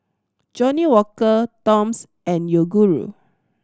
Johnnie Walker Toms and Yoguru